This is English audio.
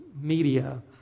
Media